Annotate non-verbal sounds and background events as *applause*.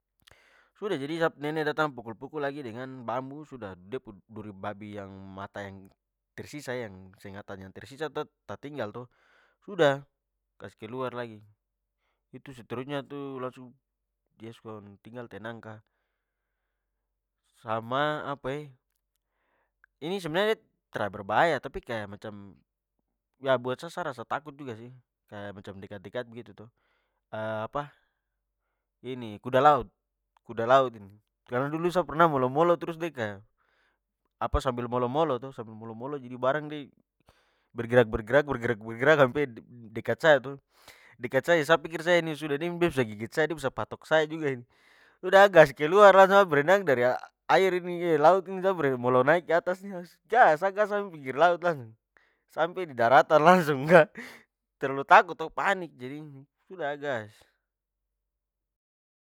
Sudah, jadi sa pu nene datang pukul-pukul lagi dengan bambu sudah de pu duri babi yang mata yang tersisa yang sengatan yang tersisa itu tatinggal to, sudah, kasih keluar lagi. Itu seterusnya tu langsung, yeskon tinggal tenang ka! Sama apa e? Ini sebenarnya tra berbahaya tapi kaya macam ya buat saya sa rasa takut juga sih! Kaya macam dekat-dekat begitu to! *hesitation* apa, ini kuda laut kuda laut ini- karna dulu sa pernah mau molo trus de kaya apa sambil molo-molo to sambil molo-molo- jadi barang de bergerak-bergerak, bergerak-bergerak-sampe dekat saya to, dekat saya- jadi sa pikir saja ini sudah de bisa gigit saya, de bisa patok saya juga ini. Sudah, sa gas keluar langsung, sa berenang dari air ini *hesitation* laut ini, sa *unintelligible* molo naik keatas ni gas sa gas-! Sa gas pinggir laut langsung. Sampe di daratan langsung ka. *laughs* Terlau takut to! Panik jadi sudah sa gas!